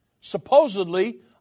Supposedly